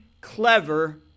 clever